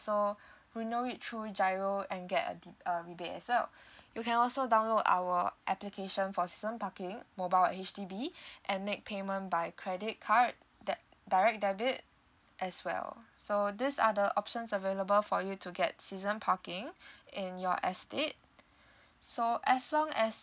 who know it through G_I_R_O and get a a rebate as well you can also download our application for season parking mobile at H_D_B and make payment by credit card debt direct debit as well so this other options available for you to get season parking in your estate so as long as